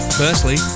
firstly